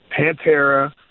Pantera